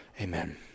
Amen